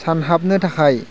सानहाबनो थाखाय